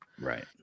right